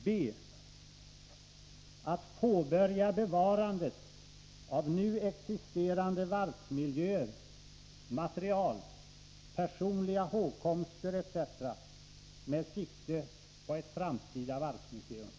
b. att påbörja bevarandet av nu existerande varvsmiljöer, material, personliga hågkomster etc. med sikte på ett framtida varvsmuseum.